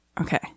okay